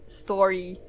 story